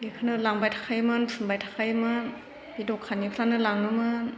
बेखौनो लांबाय थाखायोमोन फुनबाय थाखायोमोन बे दखाननिफ्रायनो लाङोमोन